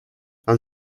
and